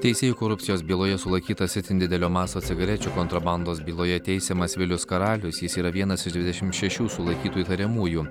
teisėjų korupcijos byloje sulaikytas itin didelio masto cigarečių kontrabandos byloje teisiamas vilius karalius jis yra vienas iš dvidešimt šešių sulaikytų įtariamųjų